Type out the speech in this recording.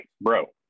bro